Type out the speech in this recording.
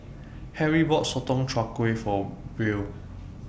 Harry bought Sotong Char Kway For Buell